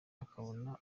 akabona